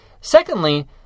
Secondly